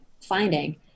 finding